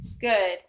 good